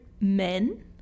men